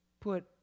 put